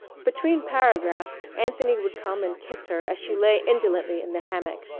between paragraphs anthony would come and kiss her as she lay indolently in the hammock.